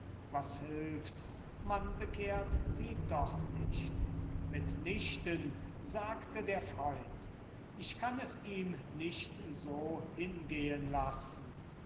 was hilft's man bekehrt sie doch nicht mit nichten sagte der freund ich kann es ihm nicht so hingehen lassen